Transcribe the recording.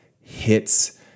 hits